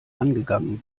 angegangen